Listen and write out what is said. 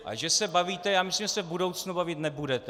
A že se bavíte, já myslím, že se v budoucnu bavit nebudete.